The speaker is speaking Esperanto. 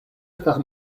estas